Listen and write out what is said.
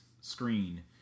screen